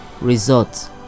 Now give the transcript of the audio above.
results